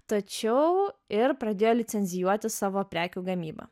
tačiau ir pradėjo licencijuoti savo prekių gamybą